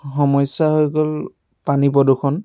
সমস্য়া হৈ গ'ল পানী প্ৰদূষণ